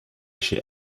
chez